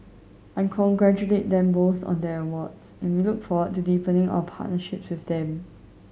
I congratulate them both on their awards in look forward to deepening our partnership with them